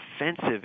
offensive